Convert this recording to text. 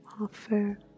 offer